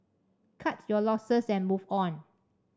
cut your losses and move on